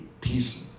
peace